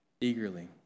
eagerly